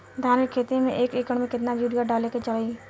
धान के खेती में एक एकड़ में केतना यूरिया डालल जाई?